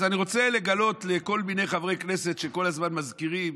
אז אני רוצה לגלות לכל מיני חברי כנסת שכל הזמן מזכירים: